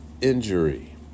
injury